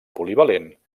polivalent